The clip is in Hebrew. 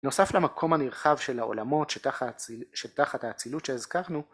נוסף למקום הנרחב של העולמות שתחת האצילות שהזכרנו